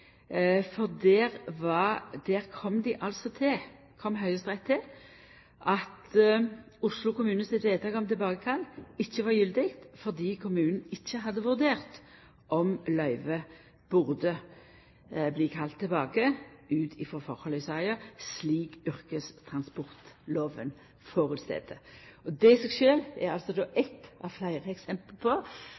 for der kom Høgsterett til at Oslo kommune sitt vedtak om tilbakekall ikkje var gyldig fordi kommunen ikkje hadde vurdert om løyve burde bli kalla tilbake ut ifrå forholda i saka, slik yrkestransportlova føreset. Dette er eit av fleire eksempel på